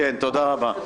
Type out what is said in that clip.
תודה רבה.